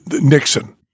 Nixon